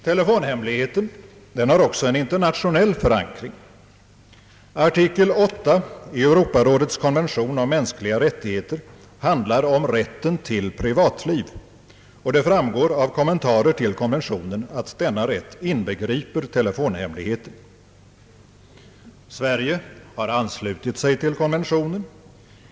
Telefonhemligheten har också en internationell förankring. Artikel 8 i Europarådets konvention om mänskliga rättigheter handlar om rätten till privatliv, och det framgår av kommentarer till konventionen att denna rätt inbegriper telefonhemligheten. Sverige har anslutit sig till konventionen.